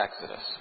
Exodus